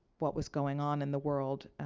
what was going on in the world,